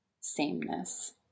sameness